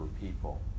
people